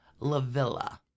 LaVilla